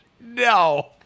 no